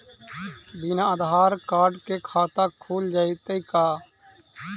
बिना आधार कार्ड के खाता खुल जइतै का?